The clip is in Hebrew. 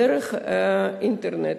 דרך האינטרנט,